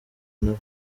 nabo